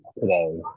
today